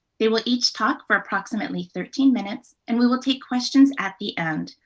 they will each talk for approximately thirteen minutes, and we will take questions at the end.